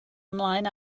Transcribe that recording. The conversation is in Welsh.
ymlaen